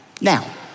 Now